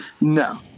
no